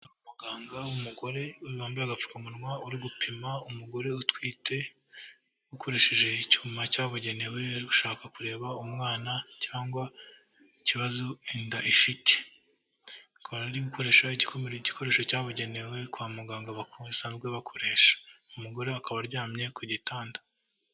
Umuganga umugore wambaye agapfukamunwa uri gupima umugore utwite. Akoresheje icyuma cyabugenewe. Ushaka kureba umwana cyangwa ikibazo inda ifite. Akaba ari gukoresha igikoresho cyabugenewe kwa muganga basanzwe bakoresha. Umugore akaba aryamye ku gitanda.